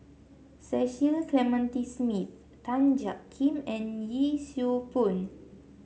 Cecil Clementi Smith Tan Jiak Kim and Yee Siew Pun